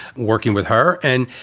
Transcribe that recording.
working with her. and,